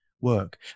work